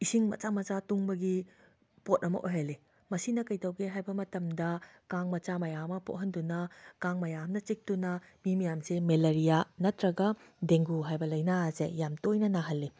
ꯏꯁꯤꯡ ꯃꯆꯥ ꯃꯆꯥ ꯇꯨꯡꯕꯒꯤ ꯄꯣꯠ ꯑꯃ ꯑꯣꯏꯍꯜꯂꯤ ꯃꯁꯤꯅ ꯀꯩꯗꯧꯒꯦ ꯍꯥꯏꯕ ꯃꯇꯝꯗ ꯀꯥꯡ ꯃꯆꯥ ꯃꯌꯥꯝ ꯑꯃ ꯄꯣꯛꯍꯟꯗꯨꯅ ꯀꯥꯡ ꯃꯌꯥꯝꯅ ꯆꯤꯛꯇꯨꯅ ꯃꯤ ꯃꯌꯥꯝꯁꯦ ꯃꯦꯂꯔꯤꯌꯥ ꯅꯠꯇ꯭ꯔꯒ ꯗꯦꯡꯒꯨ ꯍꯥꯏꯕ ꯂꯥꯏꯅꯥ ꯑꯁꯦ ꯌꯥꯝ ꯇꯣꯏꯅ ꯅꯥꯍꯜꯂꯤ